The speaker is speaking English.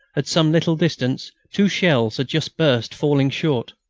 at some little distance, two shells had just burst, falling short.